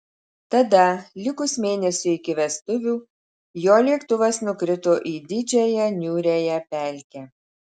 tada likus mėnesiui iki vestuvių jo lėktuvas nukrito į didžiąją niūriąją pelkę